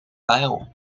bijl